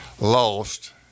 lost